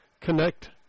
connect